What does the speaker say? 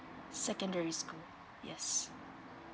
secondary school yes